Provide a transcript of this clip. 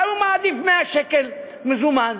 אולי הוא מעדיף 100 שקל מזומן,